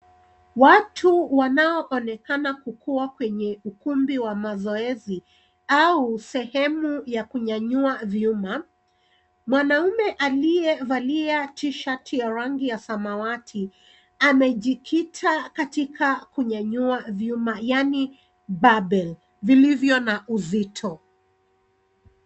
Watu wanaoonekana kukua kwenye ukumbi wa mazoezi au sehemu ya kunyanyua vyuma. Mwanaume aliyevalia tishati ya rangi ya samawati amejikita katika kunyanyua vyuma yani babel vilivyo na uzito.